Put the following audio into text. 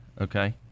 okay